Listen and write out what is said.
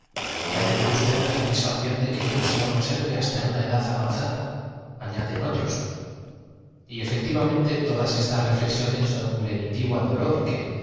consolarle y ha tenido usted la satisfacción de que dios se lo conserve hasta una edad avanzadaañaden otros y efectivamente todas estas reflexiones son un leni tivo al dolor que